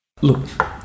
Look